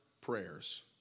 prayers